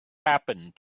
happened